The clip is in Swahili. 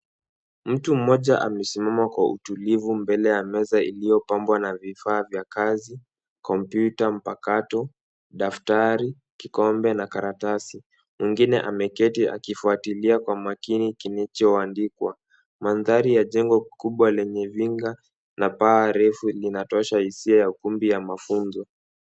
Mtu mmoja amesimama kwa utulivu mbele ya meza iliyopambwa na vifaa vya kazi, komputa mpakato, daftari, kikombe na karatasi. Mwingine ameketi akifuatilia kwa makini kilichoandikwa. Mandhari ya jengo kubwa lenye vinga na paa refu inatosha hisia ya ukumbi wa mafunzo.